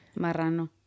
Marrano